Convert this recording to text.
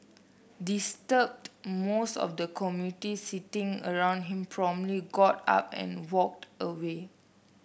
disturbed most of the commuters sitting around him promptly got up and walked away